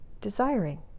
desiring